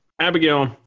Abigail